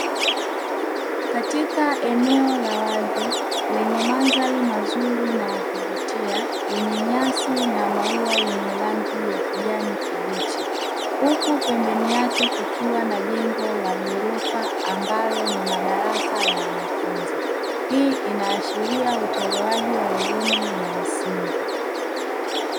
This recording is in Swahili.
Katika eneo la wazi lenye mandhari mazuri na ya kuvutia, yenye nyasi na maua yenye rangi ya kijani kibichi, huku pembeni yake kukiwa na jengo la ghorofa ambalo ni madarasa ya wanafunzi. Hii inaashilia utolewaji wa elimu ya msingi.